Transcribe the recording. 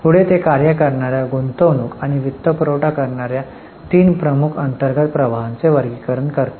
पुढे ते कार्य करणार्या गुंतवणूक आणि वित्तपुरवठा करणार्या तीन प्रमुख अंतर्गत प्रवाहाचे वर्गीकरण करते